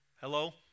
Hello